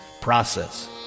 process